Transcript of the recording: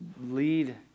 lead